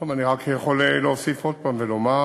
אני רק יכול להוסיף ועוד הפעם לומר,